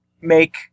make